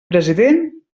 president